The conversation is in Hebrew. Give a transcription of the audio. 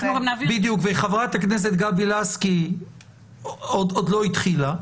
וחברת הכנסת גבי לסקי עוד לא התחילה,